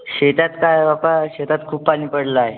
शेतात काय बाप्पा शेतात खूप पानी पडलाय